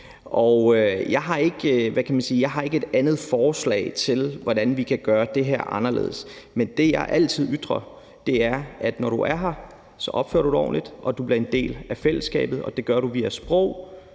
kan man sige, et andet forslag til, hvordan vi kan gøre det her anderledes, men det, jeg altid ytrer, er, at når du er her, opfører du dig ordentligt, og du bliver en del af fællesskabet, og det gør du via sprog,